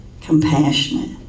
compassionate